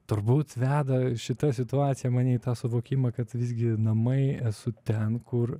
turbūt veda šita situacija mane į tą suvokimą kad visgi namai esu ten kur